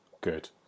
good